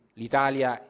l'Italia